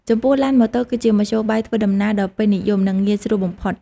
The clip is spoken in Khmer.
ចំពោះឡាន ម៉ូតូ គឺជាមធ្យោបាយធ្វើដំណើរដ៏ពេញនិយម និងងាយស្រួលបំផុត។